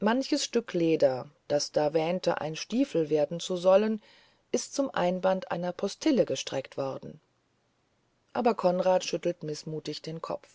manches stück leder das da wähnte ein stiefel werden zu sollen ist zum einband einer postille gestreckt worden aber konrad schüttelt mißmutig den kopf